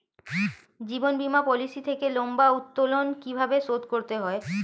জীবন বীমা পলিসি থেকে লম্বা উত্তোলন কিভাবে শোধ করতে হয়?